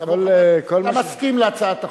אתה מסכים להצעת החוק.